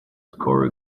score